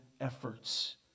efforts